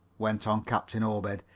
went on captain obed.